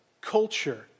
culture